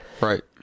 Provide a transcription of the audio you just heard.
Right